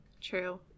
True